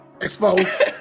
Exposed